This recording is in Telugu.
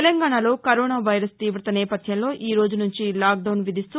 తెలంగాణాలో కరోనా వైరస్ తీవత నేవథ్యంలో ఈరోజు నుంచి లాక్డౌన్ విధిస్తూ